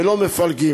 ולא חוקים מפלגים.